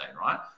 right